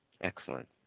excellent